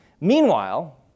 Meanwhile